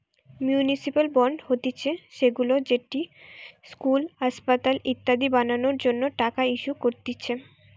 municipal bond হতিছে সেইগুলা যেটি ইস্কুল, আসপাতাল ইত্যাদি বানানোর জন্য টাকা ইস্যু করতিছে